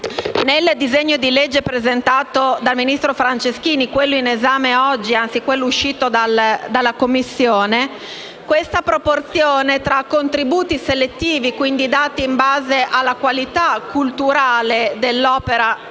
nel disegno di legge presentato dal ministro Franceschini, quello oggi in esame nel testo uscito dalla Commissione, la proporzione tra contributi selettivi (dati in base alla qualità culturale dell'opera